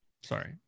Sorry